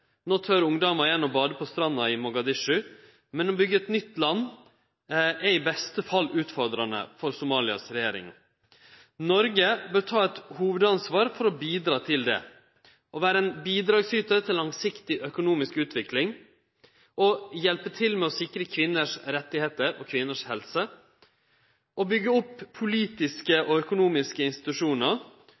No tør ungdomar igjen å bade på stranda i Mogadishu. Men å byggje eit nytt land er i beste fall utfordrande for regjeringa i Somalia. Noreg bør ta eit hovudansvar for å bidra til det, vere ein bidragsytar til langsiktig økonomisk utvikling, hjelpe til med å sikre rettar og helse for kvinner, byggje opp politiske og økonomiske institusjonar